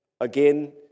Again